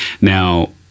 Now